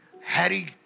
Harry